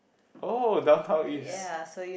oh Downtown-East